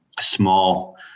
small